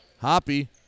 Hoppy